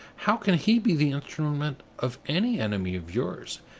how can he be the instrument of any enemy of yours?